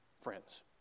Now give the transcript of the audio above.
friends